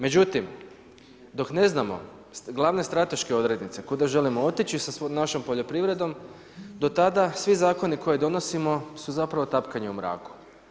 Međutim, dok ne znamo glavne strateške odrednice, kuda želimo otići, sa svom našom poljoprivredom, do tada svi zakoni koje donosimo, su zapravo tapkanje u mraku.